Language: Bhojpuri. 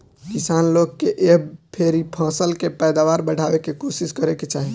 किसान लोग के एह बेरी फसल के पैदावार बढ़ावे के कोशिस करे के चाही